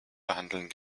behandeln